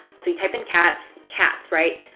you type in cats, cats, right?